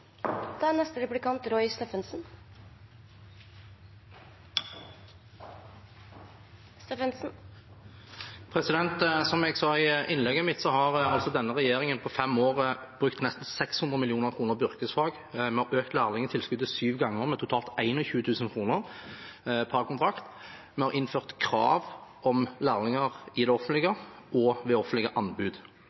Som jeg sa i innlegget mitt, har denne regjeringen på fem år brukt nesten 600 mill. kr på yrkesfag. Vi har økt lærlingtilskuddet syv ganger, med totalt 21 000 kr per kontrakt, og vi har innført krav om lærlinger i det offentlige og ved offentlige anbud.